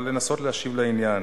אבל לנסות להשיב לעניין.